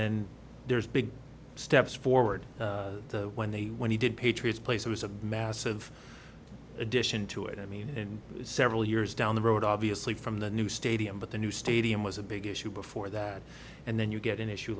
then there's big steps forward when they when he did patriots place was a massive addition to it i mean and several years down the road obviously from the new stadium but the new stadium was a big issue before that and then you get an issue